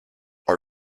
are